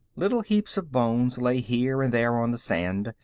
little heaps of bones lay here and there on the sand,